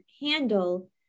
handle